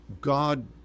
God